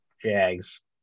jags